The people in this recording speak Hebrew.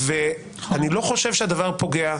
אני לא חושב שהדבר פוגע.